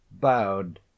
bowed